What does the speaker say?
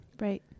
Right